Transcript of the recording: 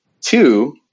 two